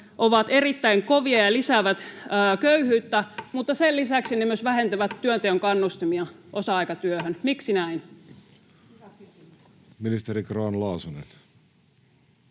ovat erittäin kovia ja lisäävät köyhyyttä, mutta sen lisäksi ne myös vähentävät työnteon kannustimia osa-aikatyöhön. Miksi näin? [Speech 105] Speaker: